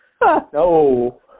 No